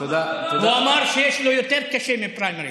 הוא אמר שיש לו יותר קשה מפריימריז.